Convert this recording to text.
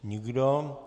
Nikdo.